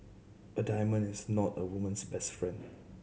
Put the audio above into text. a diamond is not a woman's best friend